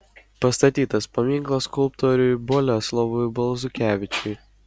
pastatytas paminklas skulptoriui boleslovui balzukevičiui